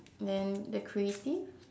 then the creative